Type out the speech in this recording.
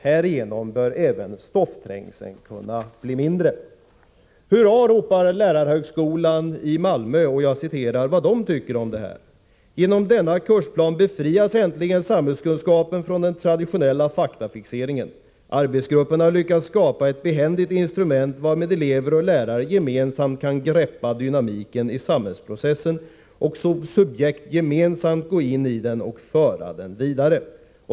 Härigenom bör även stoffträngseln kunna bli mindre, ——--.” Hurra, ropar man på lärarhögskolan i Malmö. Jag vill här återge vad de tycker om detta förslag. Genom denna kursplan befrias äntligen samhällskunskapen från den traditionella faktafixeringen. Arbetsgrupperna lyckas skapa ett behändigt instrument varmed elever och lärare gemensamt kan greppa dynamiken i samhällsprocessen och som subjekt gemensamt gå in i den och föra den vidare.